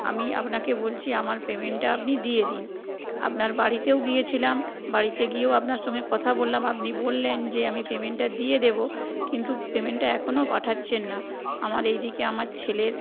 আমি আপনাকে বলছি আমার পেমেন্টটা আপনি আমাকে দিয়ে দিন আপনার বাড়িতেও গিয়েছিলাম বাড়িতে গিয়েও আপনার সঙ্গে কথা বললাম আপনি বললেন যে আমি পেমেন্টটা দিয়ে দেবো কিন্তু পেমেন্টটা এখনও পাঠাচ্ছেন না আমার এই দিকে আমার ছেলের